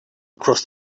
across